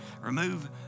Remove